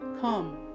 Come